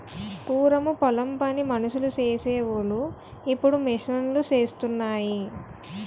పూరము పొలం పని మనుసులు సేసి వోలు ఇప్పుడు మిషన్ లూసేత్తన్నాయి